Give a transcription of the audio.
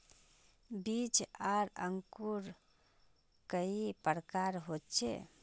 बीज आर अंकूर कई प्रकार होचे?